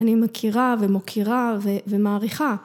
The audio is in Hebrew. אני מכירה ומוקירה ומעריכה